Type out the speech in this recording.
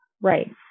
right